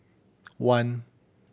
one